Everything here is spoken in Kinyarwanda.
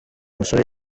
musore